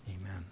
amen